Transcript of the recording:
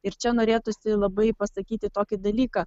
ir čia norėtųsi labai pasakyti tokį dalyką